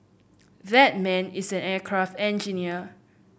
that man is an aircraft engineer